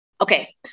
okay